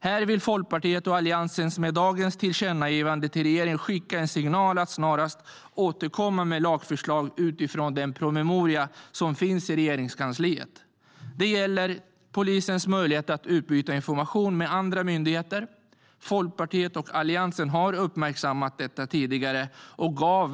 Här vill Folkpartiet och Alliansen med dagens tillkännagivande till regeringen skicka en signal om att snarast återkomma med lagförslag utifrån den promemoria som finns i Regeringskansliet.Det gäller även polisens möjlighet att utbyta information med andra myndigheter. Folkpartiet och Alliansen har uppmärksammat frågan tidigare.